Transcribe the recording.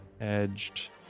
Edged